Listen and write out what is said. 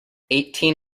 eighteen